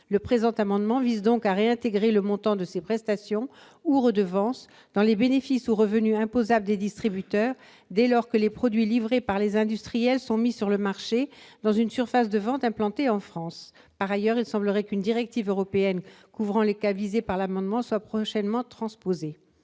Le présent amendement vise donc à réintégrer le montant de ces prestations ou redevances dans les bénéfices ou revenus imposables des distributeurs, dès lors que les produits livrés par les industriels sont mis sur le marché dans une surface de vente située en France. Par ailleurs, il semblerait qu'une directive européenne couvrant les cas visés par les dispositions de cet amendement soit prochainement transposée.